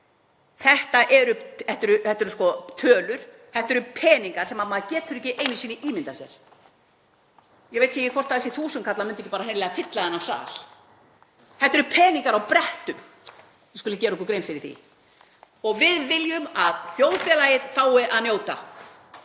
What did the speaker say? Þetta eru sko tölur, þetta eru peningar sem maður getur ekki einu sinni ímyndað sér. Ég veit ekki hvort þessir þúsundkallar myndu ekki bara hreinlega fylla þennan sal. Þetta eru peningar á brettum, við skulum gera okkur grein fyrir því, og við viljum að þjóðfélagið fái að njóta,